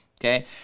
okay